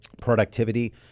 productivity